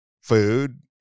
food